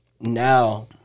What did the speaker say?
now